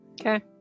Okay